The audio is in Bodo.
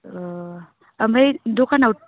अ ओमफ्राय दखानाव